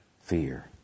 fear